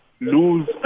lose